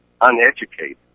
uneducated